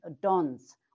dons